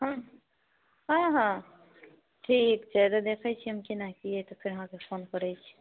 हँ हँ हँ ठीक छै तऽ देखैत छियै केना की अछि तऽ हम अहाँकेँ फोन करैत छी